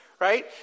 right